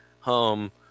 home